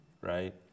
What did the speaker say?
Right